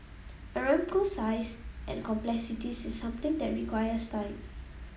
Aramco's size and complexities is something that requires time